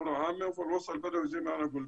וכפי שכבר אמרתי,